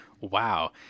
wow